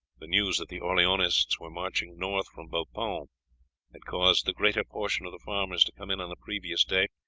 the news that the orleanists were marching north from bapaume had caused the greater portion of the farmers to come in on the previous day,